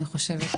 אני חושבת,